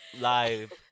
live